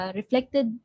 reflected